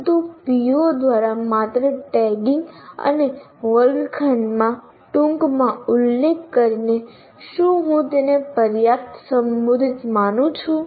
પરંતુ PO દ્વારા માત્ર ટેગિંગ અને વર્ગખંડમાં ટૂંકમાં ઉલ્લેખ કરીને શું હું તેને પર્યાપ્ત સંબોધિત માનું છું